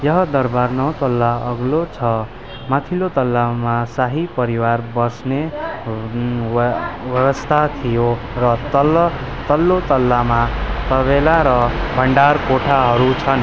लेह दरबार नौ तला अग्लो छ माथिल्लो तलामा शाही परिवार बस्ने व्यवस्था थियो र तल्लो तलामा तबेला र भण्डार कोठाहरू छन्